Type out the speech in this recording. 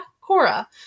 Cora